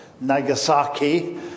Nagasaki